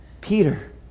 Peter